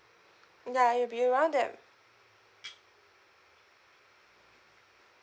ya it will be around that